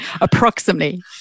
approximately